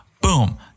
boom